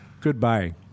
Goodbye